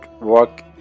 work